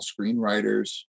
screenwriters